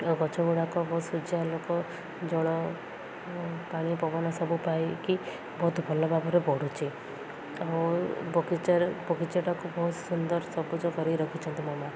ଗଛ ଗୁଡ଼ାକ ବହୁତ ସୂର୍ଯ୍ୟାଲୋକ ଜଳ ପାଣି ପବନ ସବୁ ପାଇକି ବହୁତ ଭଲ ଭାବରେ ବଢ଼ୁଛି ଆଉ ବଗିଚାରେ ବଗିଚାଟାକୁ ବହୁତ ସୁନ୍ଦର ସବୁଜ କରି ରଖିଛନ୍ତି ମୋ ମାଆ